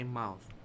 mouth